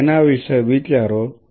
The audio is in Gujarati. હવે તેના વિશે વિચારો